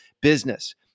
business